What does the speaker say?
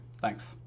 Thanks